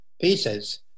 pieces